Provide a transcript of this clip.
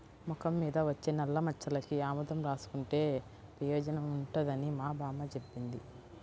మొఖం మీద వచ్చే నల్లమచ్చలకి ఆముదం రాసుకుంటే పెయోజనం ఉంటదని మా బామ్మ జెప్పింది